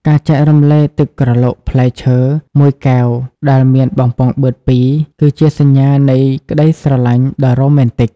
ការចែករំលែកទឹកក្រឡុកផ្លែឈើមួយកែវដែលមានបំពង់បឺតពីរ គឺជាសញ្ញានៃក្តីស្រឡាញ់ដ៏រ៉ូមែនទិក។